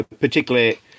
particularly